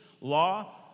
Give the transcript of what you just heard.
law